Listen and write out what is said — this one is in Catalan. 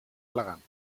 elegant